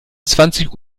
zwanzig